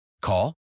Call